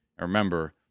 remember